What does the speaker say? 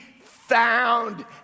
found